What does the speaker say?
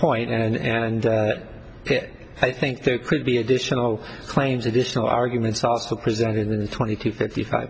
point and i think there could be additional claims additional arguments also presented in the twenty to fifty five